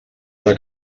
era